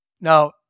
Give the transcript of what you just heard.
Now